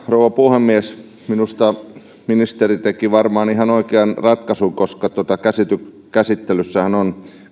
rouva puhemies minusta ministeri teki varmaan ihan oikean ratkaisun koska käsittelyssähän on